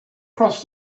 across